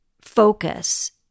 focus